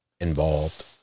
involved